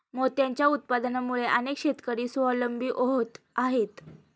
मोत्यांच्या उत्पादनामुळे अनेक शेतकरी स्वावलंबी होत आहेत